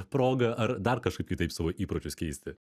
proga ar dar kažkaip kitaip savo įpročius keisti